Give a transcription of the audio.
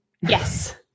Yes